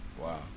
Wow